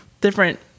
different